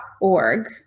org